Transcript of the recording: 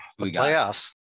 playoffs